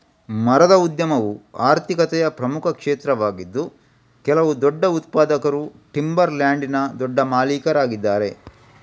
ಮರದ ಉದ್ಯಮವು ಆರ್ಥಿಕತೆಯ ಪ್ರಮುಖ ಕ್ಷೇತ್ರವಾಗಿದ್ದು ಕೆಲವು ದೊಡ್ಡ ಉತ್ಪಾದಕರು ಟಿಂಬರ್ ಲ್ಯಾಂಡಿನ ದೊಡ್ಡ ಮಾಲೀಕರಾಗಿದ್ದಾರೆ